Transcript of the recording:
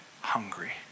hungry